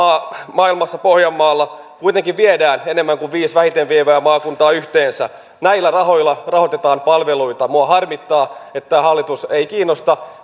maailmassa pohjanmaalla kuitenkin viedään enemmän kuin viidessä vähiten vievässä maakunnassa yhteensä näillä rahoilla rahoitetaan palveluita minua harmittaa että tätä hallitusta ei kiinnosta